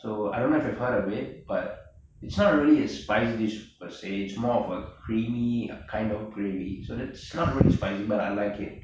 so I don't if you have heard of it but it's not really a spicy dish per se it's more of a creamy kind of gravy so that's not really spicy but I like it